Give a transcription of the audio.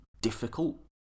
difficult